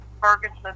Ferguson